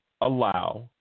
allow